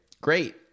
Great